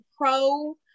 pro